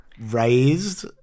raised